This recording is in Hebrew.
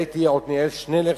היה אתי חבר הכנסת עתניאל שנלר,